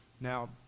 now